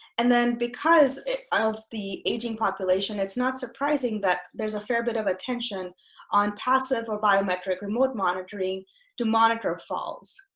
and then because of the aging population it's not surprising that there's a fair bit of attention on passive or biometric remote monitoring to monitor falls.